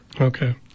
Okay